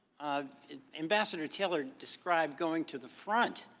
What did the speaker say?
ambassador taylor described going to the front,